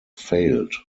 failed